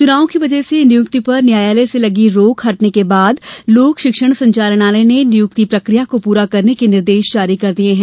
चुनाव की वजह से नियुक्ति पर न्यायालय से लगी रोक हटने के बाद लोक शिक्षण संचालनालय ने नियुक्ति प्रकिया को पूरा करने के निर्देश जारी कर दिये हैं